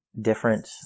different